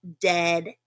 dead